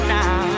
now